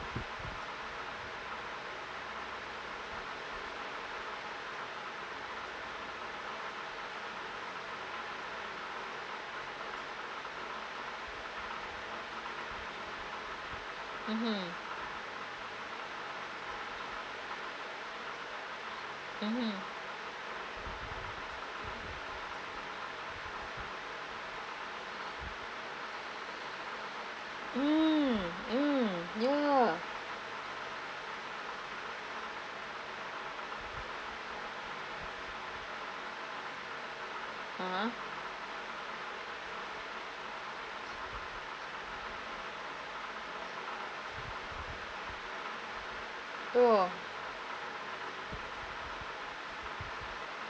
mmhmm mmhmm mm mm yeah (uh huh) !wah!